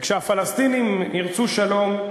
וכשהפלסטינים ירצו שלום,